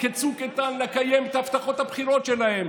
כצוק איתן לקיים את הבטחות הבחירות שלהם,